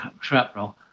shrapnel